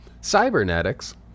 cybernetics